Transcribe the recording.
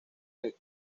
del